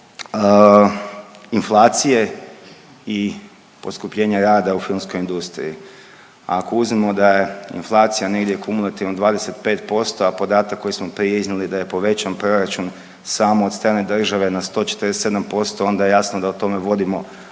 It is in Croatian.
inflacije i poskupljenja rada u filmskoj industriji, ako uzmemo da je inflacija negdje kumulativno 25%, a podatak koji smo prije iznijeli da je povećan proračun samo od strane države na 147%, onda je jasno da o tome vodimo računa